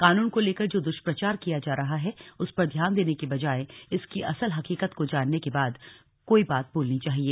कानून को लेकर जो दुष्प्रचार किया जा रहा है उस पर ध्यान देने के बजाय इसकी असल हकीकत को जानने के बाद कोई बात बोलनी चाहिए